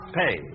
pay